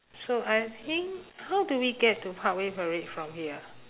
so I think how do we get to parkway parade from here